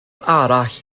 arall